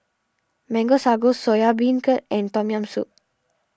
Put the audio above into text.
Mango Sago Soya Beancurd and Tom Yam Soup